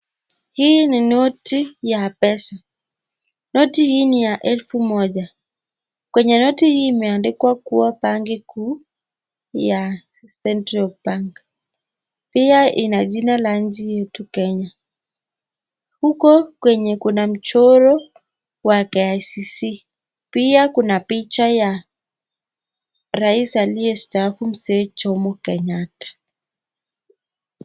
Hii ni noti ya pesa, noti hii ni ya elfu moja, kwenye noti hii imeandikwa kuwa banki kuu ya Central bank ,pia ina jina la nchi yetu ya Kenya. Huko kwenye kuna mchoro wa KICC, pia kuna picha ya rais aliyestaafu mzee Jomo Kenyatta.